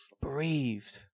breathed